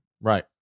Right